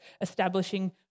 establishing